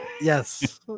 Yes